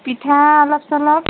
পিঠা অলপ চলপ